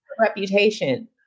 Reputation